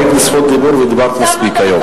היית ברשות דיבור ודיברת מספיק היום.